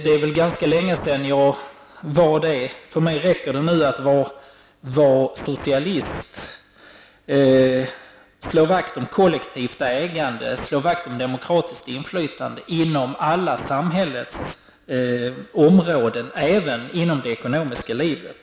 För mig räcker det nu att vara socialist, dvs. att vilja slå vakt om kollektivt ägande och ett demokratiskt inflytande på samhällets alla områden, även i det ekonomiska livet.